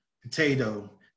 potato